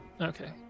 Okay